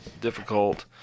Difficult